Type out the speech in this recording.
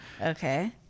Okay